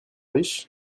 riches